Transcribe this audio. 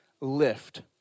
lift